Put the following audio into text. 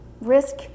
Risk